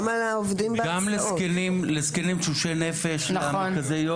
גם לזקנים תשושי נפש שמגיעים למרכזי יום.